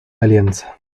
alianza